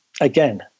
again